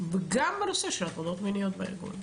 גם בנושא של הטרדות מיניות בארגון.